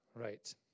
Right